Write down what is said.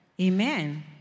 Amen